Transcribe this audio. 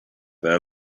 their